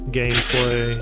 gameplay